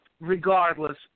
regardless